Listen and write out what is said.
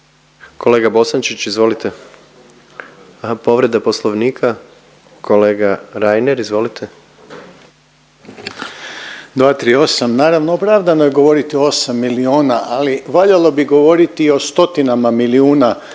Kolega Bosančić, izvolite. Povreda Poslovnika, kolega Reiner, izvolite. **Reiner, Željko (HDZ)** 238, naravno, opravdano je govoriti o 8 milijuna, ali valjalo bi govoriti i o stotinama milijuna